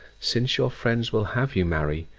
since your friends will have you marry,